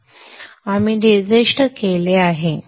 आपण निर्दिष्ट केले आहे